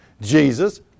Jesus